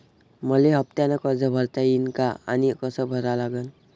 मले हफ्त्यानं कर्ज भरता येईन का आनी कस भरा लागन?